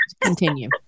continue